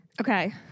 Okay